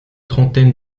trentaine